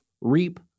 reap